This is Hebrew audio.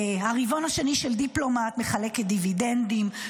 ברבעון השני דיפלומט מחלקת דיבידנדים,